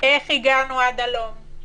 איך הגענו עד הלום,